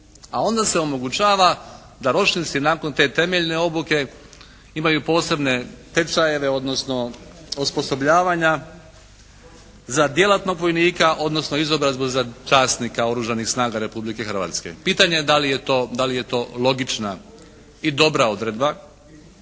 A onda se omogućava da ročnici nakon te temeljne obuke imaju posebne tečajeve odnosno osposobljavanja za djelatnog vojnika odnosno izobrazbu za časnika oružanih snaga Republike Hrvatske. Pitanje je da li je to, da li je to logična i dobra odredba.